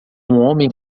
homem